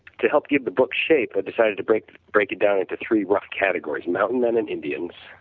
to help give the book shape, i decided to break break it down into three rough categories, mountain men and indians,